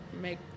make